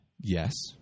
Yes